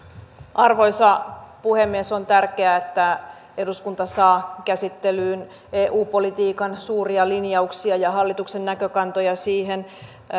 arvoisa puhemies on tärkeää että eduskunta saa käsittelyyn eu politiikan suuria linjauksia ja hallituksen näkökantoja siihen